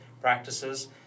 practices